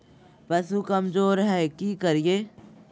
पशु कमज़ोर है कि करिये?